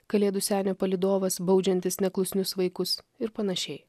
kalėdų senio palydovas baudžiantis neklusnius vaikus ir panašiai